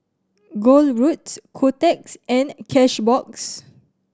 Gold Roast Kotex and Cashbox